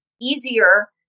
easier